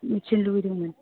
मिथिनो लुबैदोंमोन